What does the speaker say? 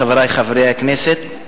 חברי חברי הכנסת,